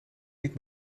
niet